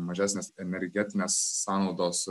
mažesnės energetinės sąnaudos